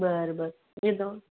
बरं बरं येतो